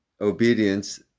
obedience